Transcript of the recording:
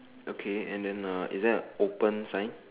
okay and then uh is there an open sign